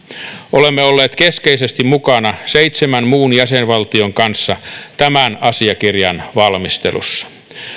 olemme olleet keskeisesti mukana seitsemän muun jäsenvaltion kanssa tämän asiakirjan valmistelussa